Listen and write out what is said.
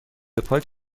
پاک